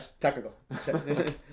technical